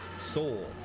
soul